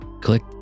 Click